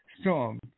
storm